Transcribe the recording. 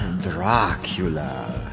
Dracula